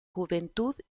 juventud